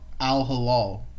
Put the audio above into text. al-halal